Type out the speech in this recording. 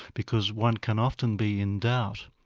because one can often be in doubt.